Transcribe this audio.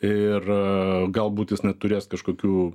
ir galbūt jis neturės kažkokių